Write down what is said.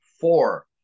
four